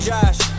Josh